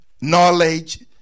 knowledge